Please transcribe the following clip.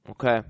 Okay